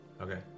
Okay